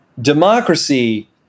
Democracy